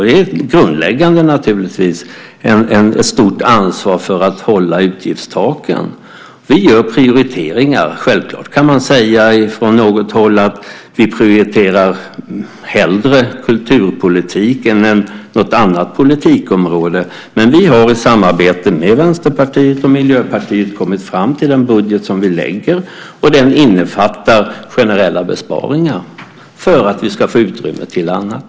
Det är grundläggande att det är ett stort ansvar att hålla utgiftstaken. Vi gör prioriteringar. Självklart kan man från något håll säga att man hellre prioriterar kulturpolitik än något annat politikområde. Vi har i samarbete med Vänsterpartiet och Miljöpartiet kommit fram till en budget. Den har vi lagt fram. Den innefattar generella besparingar för att få utrymme till annat.